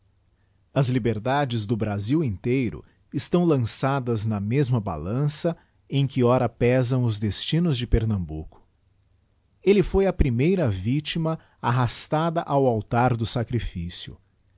as liberdades do brasil inteiro estão lançadas na mesma balança em que ora pesam os destinos de pernambuco elle foi a primeira victima arrastada ao altar do sacriflcio